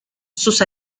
sus